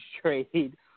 trade